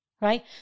right